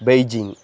Beijing